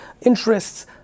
interests